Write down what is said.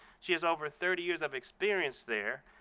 she has over thirty years of experience there,